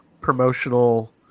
promotional